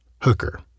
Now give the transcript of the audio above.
Hooker